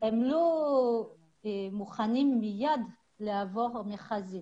לא מוכנים מיד לעבור מכרזים.